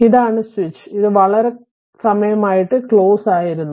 ഇതാണ് സ്വിച്ച് ഇത് വളരെ സമയമായിട്ടു ക്ലോസ്ഡ് ആയിരുന്നു